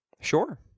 Sure